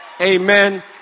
Amen